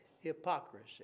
hypocrisy